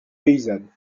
paysanne